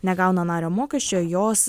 negauna nario mokesčio jos